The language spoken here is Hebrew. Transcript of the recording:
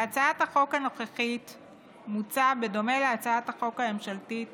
בהצעת החוק הנוכחית מוצע, בדומה להצעת חוק ממשלתית